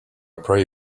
pray